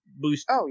boost